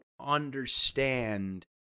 understand